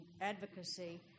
advocacy